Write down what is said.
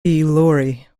laurie